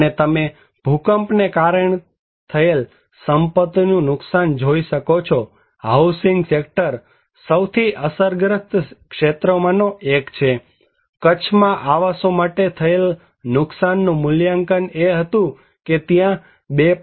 અને તમે ભૂકંપને કારણે થયેલ સંપત્તિનું નુકસાન જોઈ શકો છો હાઉસિંગ સેક્ટર સૌથી અસરગ્રસ્ત ક્ષેત્રોમાંનું એક છે કચ્છમાં આવાસો માટે થયેલા નુકસાનનું મૂલ્યાંકન એ હતું કે ત્યાં 2